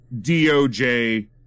DOJ